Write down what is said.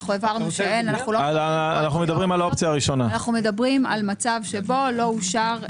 אנו הבהרנו שאנו מדברים על מצב שבו לא אושר,